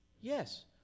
Yes